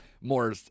more